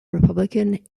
republican